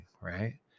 right